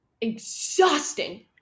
Exhausting